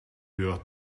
uur